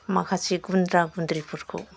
माखासे गुन्द्रा गुन्द्रिफोरखौ